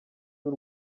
y’u